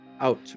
out